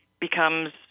becomes